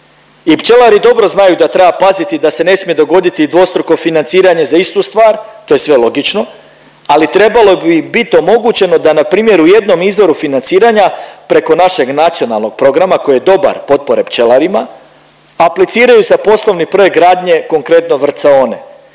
I pčelari dobro znaju da treba paziti, da se ne smije dogoditi dvostruko financiranje za istu stvar, to je sve logično, ali trebalo bi bit omogućeno da npr. u jednom izvoru financiranja preko našeg nacionalnog programa, koji je dobar, potpore pčelarima, apliciraju za poslovni projekt gradnje, konkretno, vrcaone.